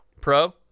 pro